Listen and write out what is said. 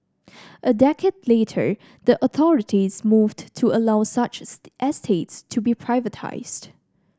a decade later the authorities moved to allow such estates to be privatised